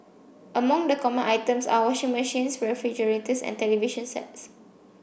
among the common items are washing machines refrigerators and television sets